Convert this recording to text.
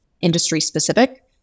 industry-specific